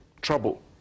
trouble